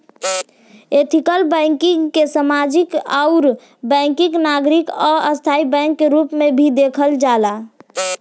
ethical banking के सामाजिक आउर वैकल्पिक नागरिक आ स्थाई बैंक के रूप में भी देखल जाला